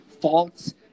faults